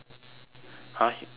!huh! you really